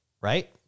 Right